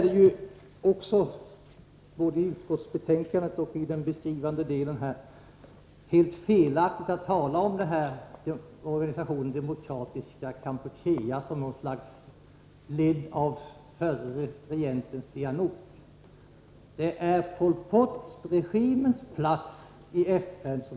Det är ju helt felaktigt att som man gör i utskottets betänkande tala om organisationen Demokratiska Kampuchea, ledd av förre regeringschefen Sihanouk. Här gäller det Pol Pot-regimens plats i FN.